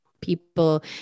People